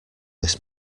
this